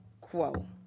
quo